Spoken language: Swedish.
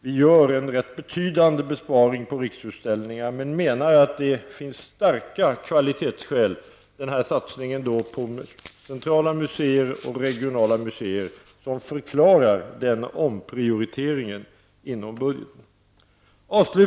Vi gör en betydande besparing på riksutställningar men menar att det i satsningen på regionala och centrala museer finns starka kvalitetsskäl som förklarar omprioriteringen inom budgeten.